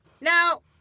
Now